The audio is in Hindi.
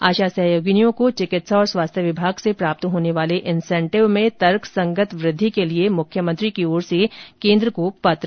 आशा सहयोगिनीओं को चिकित्सा एवं स्वास्थ्य विभाग से प्राप्त होने वाले इंसेंटिव में तर्कसंगत वद्वि के लिए मुख्यमत्री की ओर से केन्द्र को पत्र भेजा जा चुका है